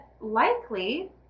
likely